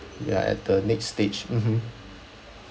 ya at the next stage mmhmm